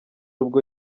ubwo